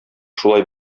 шулай